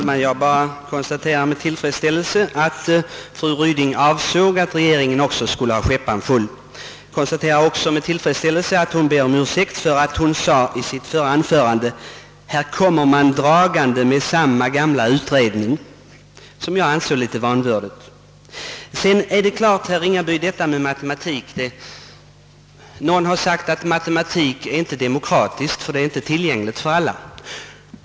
Herr talman! Jag konstaterar med tillfredsställelse att fru Ryding avsåg att regeringen också skulle ha skäppan full, liksom att hon ber om ursäkt för att hon i sitt förra anförande sade: »Här kommer man dragande med samma gamla utredning», vilket uttalande jag ansåg vara vanvördigt. Det är klart, herr Ringaby, att detta med matematik kan vara en smula besvärligt. Någon har sagt att matematiken inte är demokratisk, eftersom den inte är tillgänglig för alla.